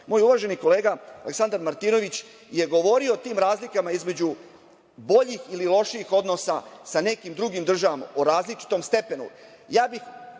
uvaženi kolega, Aleksandar Martinović, je govorio o tim razlikama između boljih ili lošijih odnosa sa nekim drugim državama o različitom stepenu.